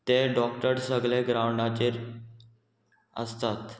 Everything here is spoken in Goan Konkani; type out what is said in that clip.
ते डॉक्टर्स सगले ग्रावंडाचेर आसतात